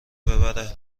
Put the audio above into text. ببره